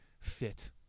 fit